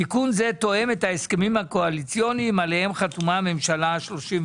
תיקון זה תואם את ההסכמים הקואליציוניים עליהם חתמה הממשלה ה-37.